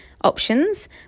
options